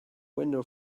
window